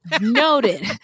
Noted